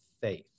faith